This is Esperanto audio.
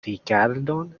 rigardon